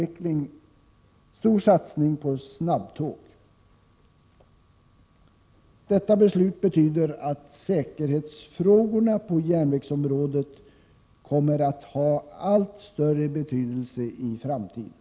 1987/88:123 frågorna på järnvägsområdet kommer att ha allt större betydelse i framtiden.